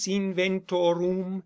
inventorum